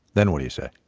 then what do you say?